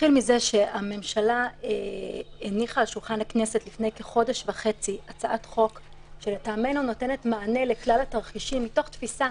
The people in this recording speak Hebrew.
הציבור יודע שהממשלה הזאת רוצה למנוע מאנשים שייעצרו לקבל את זכויותיהם,